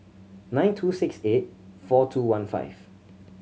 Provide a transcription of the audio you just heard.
nine two six eight four two one five